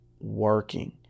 working